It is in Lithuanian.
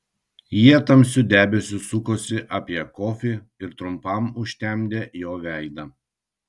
jie tamsiu debesiu sukosi apie kofį ir trumpam užtemdė jo veidą